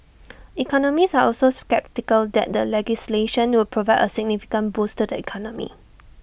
economists are also sceptical that the legislation would provide A significant boost to the economy